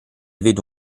vedo